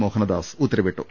മോഹൻദാസ് ഉത്തരവിട്ടു